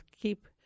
keep